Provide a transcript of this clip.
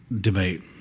debate